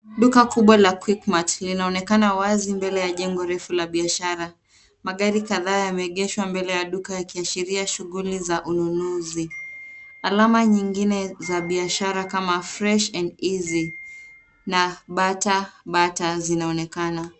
Duka kubwa la Quickmart linaonekana wazi mbele ya jengo refu la biashara. Magari kadhaa yameegeshwa mbele ya duka yakiashiria shughuli za ununuzi. Alama nyengine za biashara kama Fresh and Easy na Bata Bata zinaonekana.